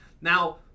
Now